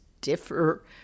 differ